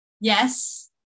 yes